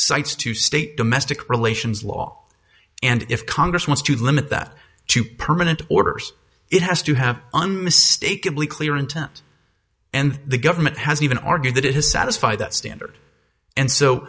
cites to state domestic relations law and if congress wants to limit that to permanent orders it has to have unmistakably clear intent and the government has even argued that it has satisfied that standard and so